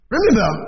Remember